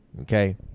Okay